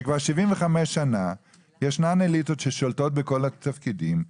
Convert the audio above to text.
שכבר 75 שנה יש אליטות ששולטות בכל התפקידים,